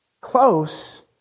Close